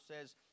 says